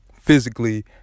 physically